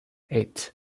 eight